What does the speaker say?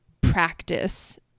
practice